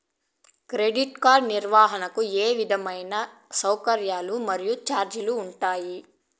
Credit card నిర్వహణకు ఏ విధమైన సౌకర్యాలు మరియు చార్జీలు ఉంటాయా?